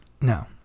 No